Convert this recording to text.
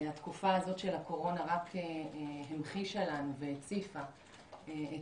תקופת הקורונה הזו המחישה והציפה לנו את